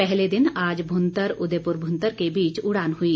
पहले दिन आज भुंतर उदयपुर भुंतर के बीच उड़ान हुई